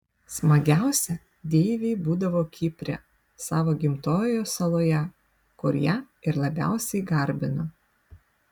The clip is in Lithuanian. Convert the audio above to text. smagiausia deivei būdavo kipre savo gimtojoje saloje kur ją ir labiausiai garbino